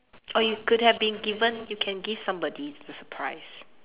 or you could have been given you can give somebody the surprise